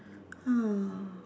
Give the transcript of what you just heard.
uh